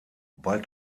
bald